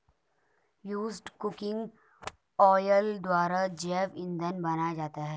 used cooking oil द्वारा जैव इंधन बनाया जाता है